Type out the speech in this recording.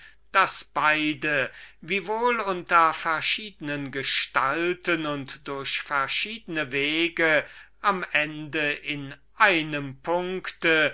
daß sie unter verschiedenen gestalten und durch verschiedene wege am ende in einem punkte